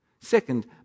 Second